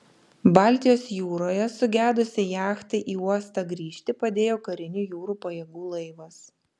baltijos jūroje sugedusiai jachtai į uostą grįžti padėjo karinių jūrų pajėgų laivas